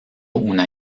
una